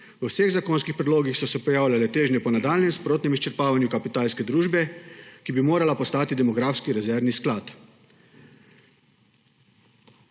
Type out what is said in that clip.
V vseh zakonskih predlogih so se pojavljale težnje po nadaljnjem sprotnem izčrpavanju Kapitalske družbe, ki bi morala postati demografski rezervni sklad.